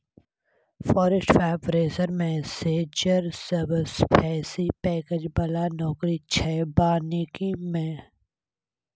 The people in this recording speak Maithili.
फारेस्ट फायर प्रिवेंशन मेनैजर सबसँ बेसी पैकैज बला नौकरी छै बानिकी मे